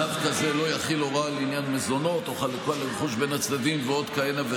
צו כזה לא יכיל הוראה על עניין מזונות או חלוקת רכוש בין הצדדים,